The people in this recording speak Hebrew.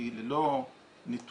כי ללא נתונים,